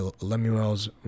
lemuel's